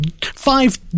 five